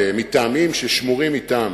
מטעמים ששמורים אתם,